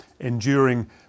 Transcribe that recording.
enduring